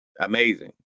amazing